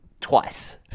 twice